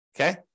Okay